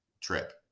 trip